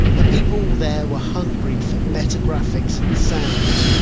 and people there were hungry for better graphics and sound.